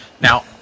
Now